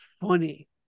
funny